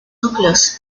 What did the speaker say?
núcleos